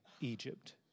Egypt